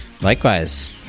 Likewise